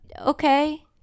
okay